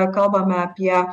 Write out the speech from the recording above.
kalbame apie